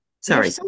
Sorry